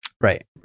right